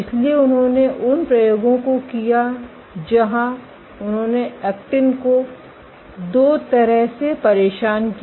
इसलिए उन्होंने उन प्रयोगों को किया जहां उन्होंने एक्टिन को दो तरह से परेशान किया